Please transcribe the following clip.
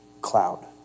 cloud